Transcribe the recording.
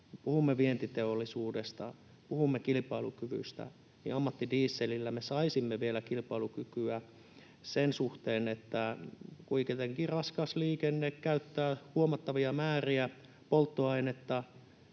Puhumme vientiteollisuudesta, puhumme kilpailukyvystä, ja ammattidieselillä me saisimme vielä kilpailukykyä sen suhteen, että kuitenkin raskas liikenne käyttää huomattavia määriä polttoainetta,